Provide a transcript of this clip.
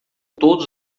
todos